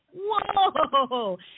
Whoa